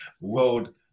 World